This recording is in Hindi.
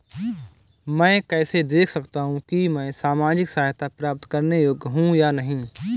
मैं कैसे देख सकता हूं कि मैं सामाजिक सहायता प्राप्त करने योग्य हूं या नहीं?